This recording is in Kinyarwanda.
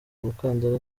umukandara